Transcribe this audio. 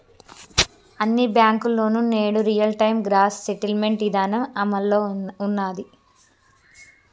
అన్ని బ్యేంకుల్లోనూ నేడు రియల్ టైం గ్రాస్ సెటిల్మెంట్ ఇదానం అమల్లో ఉన్నాది